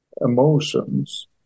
emotions